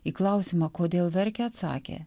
į klausimą kodėl verkia atsakė